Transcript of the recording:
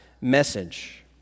message